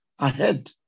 ahead